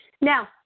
Now